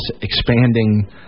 expanding